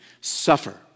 suffer